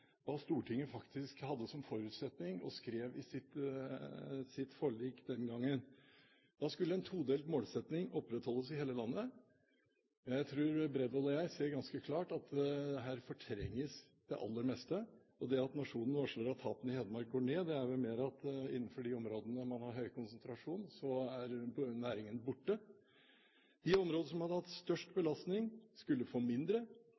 hva Stortinget faktisk hadde som forutsetning og skrev i sitt forlik den gangen. Da skulle en todelt målsetting opprettholdes i hele landet. Jeg tror Bredvold og jeg ser ganske klart at her fortrenges det aller meste. At Nationen varsler at tapene i Hedmark går ned, tyder vel mer på at innenfor de områdene man har høy konsentrasjon, er næringen borte. De områdene som hadde hatt størst belastning, skulle få mindre.